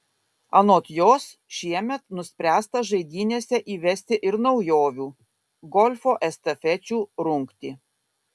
anot jos šiemet nuspręsta žaidynėse įvesti ir naujovių golfo estafečių rungtį